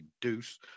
deuce